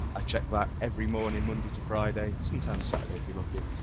i check that every morning monday to friday, sometimes saturday if you're lucky